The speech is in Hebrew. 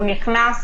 השוטר נכנס,